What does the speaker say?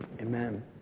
amen